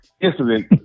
incident